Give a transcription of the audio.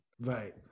Right